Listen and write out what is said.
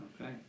Okay